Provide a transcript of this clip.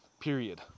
Period